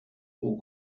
aux